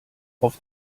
auf